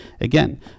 again